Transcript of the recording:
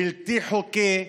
בלתי חוקי,